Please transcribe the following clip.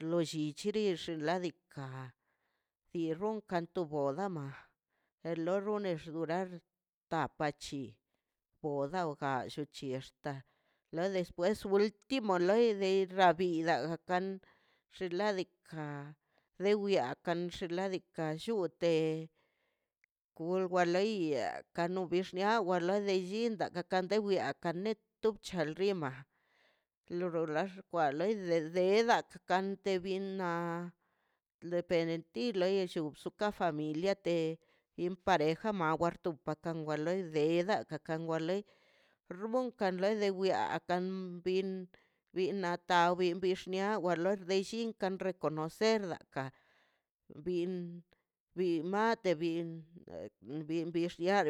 Lo llichiri xinladika ti runkan to boda ma or lone xlogar tapa chi boda o gallichi xda la despues ultimo da loi de rabi dada kan xinladika le wyakan xinladika ta llute kur wa lei kano bix nia wa le llinda gakan wniakan nel tochin tal xima lor wxa xkwale de ded kwante bin nad ledi nipi lo yell chuza ka familia bin pareja ma war tu leida kan wa lei runkan le de wia akan bin bi na xta bix nia wa lor delli kan reconocer daka bin bin mate bin bix nia